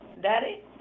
Daddy